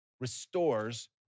restores